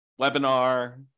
webinar